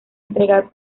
entregar